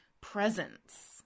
presence